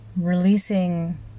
releasing